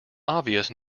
obvious